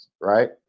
right